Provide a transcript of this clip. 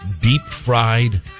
deep-fried